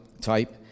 type